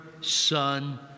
son